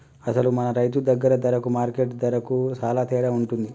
అసలు మన రైతు దగ్గర ధరకు మార్కెట్ ధరకు సాలా తేడా ఉంటుంది